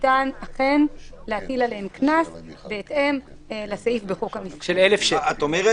ניתן אכן להטיל עליהם קנס בהתאם לסעיף בחוק --- אני מתייחס